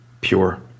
pure